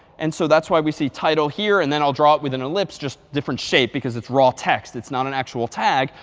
and so that's why we see title here. and then i'll draw it with an ellipse, just different shape because it's raw text. it's not an actual tag.